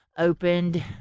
Opened